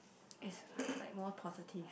is like more positive